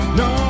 no